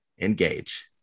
engage